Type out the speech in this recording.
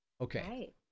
Okay